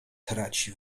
traci